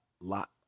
lot